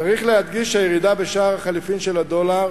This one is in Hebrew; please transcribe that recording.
צריך להדגיש שהירידה בשער החליפין של הדולר